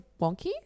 wonky